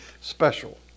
special